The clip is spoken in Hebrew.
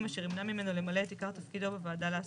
אשר ימנע ממנו למלא את עיקר תפקידו בוועדה להסדרה.